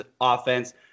offense